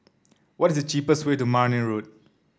what is the cheapest way to Marne Road